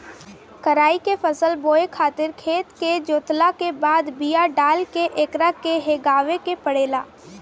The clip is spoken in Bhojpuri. कराई के फसल बोए खातिर खेत के जोतला के बाद बिया डाल के एकरा के हेगावे के पड़ेला